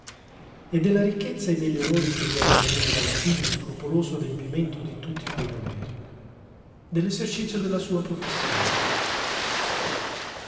e della ricchezza e degli onori che gli erano venuti dall'assiduo scrupoloso adempimento di tutti quei doveri dell'esercizio della sua professione